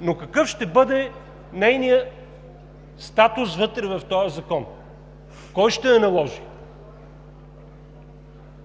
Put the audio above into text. но какъв ще бъде нейният статус вътре в този закон? Кой ще я наложи?